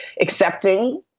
accepting